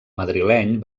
madrileny